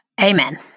Amen